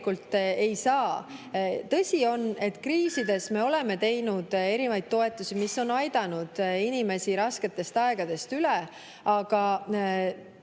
ei saa. Tõsi on, et kriisides me oleme teinud erinevaid toetusi, mis on aidanud inimesi rasketest aegadest üle, aga